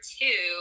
two